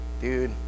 dude